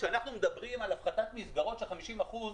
כשאנחנו מדברים על הפחתת מסגרות של 50 אחוזים,